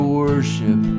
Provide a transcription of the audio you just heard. worship